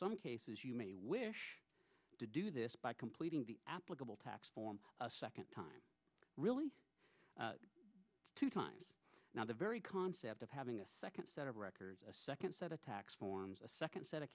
some cases you may wish to do this by completing the applicable tax form a second time really two times now the very concept of having a second set of records a second set of tax forms a second set of